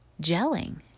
gelling